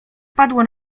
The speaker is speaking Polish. padło